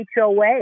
HOA